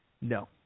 No